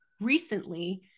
recently